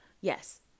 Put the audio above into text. Yes